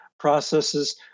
processes